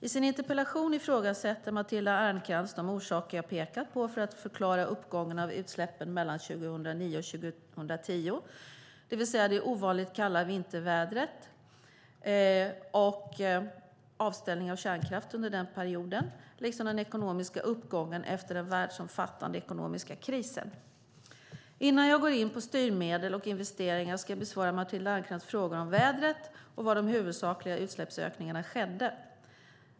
I sin interpellation ifrågasätter Matilda Ernkrans de orsaker jag pekat på för att förklara uppgången av utsläppen mellan 2009 och 2010, det vill säga det ovanligt kalla vintervädret, avställningen av kärnkraften under den perioden liksom den ekonomiska uppgången efter den världsomfattande ekonomiska krisen. Innan jag går in på styrmedel och investeringar ska jag besvara Matilda Ernkrans frågor om vädret och var de huvudsakliga utsläppsökningarna skedde.